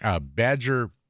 badger